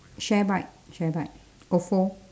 share bike share bike ofo